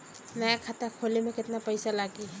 नया खाता खोले मे केतना पईसा लागि?